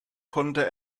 konnte